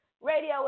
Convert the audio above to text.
Radio